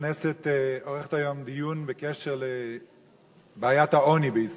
הכנסת עורכת היום דיון בקשר לבעיית העוני בישראל.